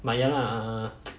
but ya lah